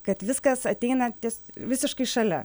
kad viskas ateinantis visiškai šalia